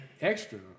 extra